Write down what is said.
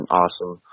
awesome